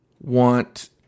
want